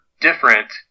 different